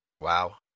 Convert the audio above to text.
Wow